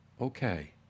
Okay